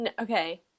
okay